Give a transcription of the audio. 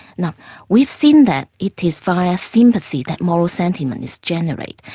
now we've seen that it is via sympathy that moral sentiments generally,